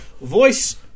voice